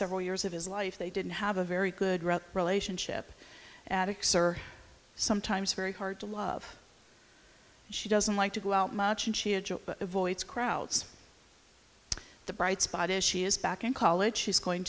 several years of his life they didn't have a very good relationship addicks are sometimes very hard to love she doesn't like to go out much and she avoids crowds the bright spot is she is back in college she's going